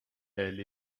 elle